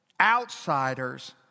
outsiders